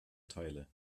teile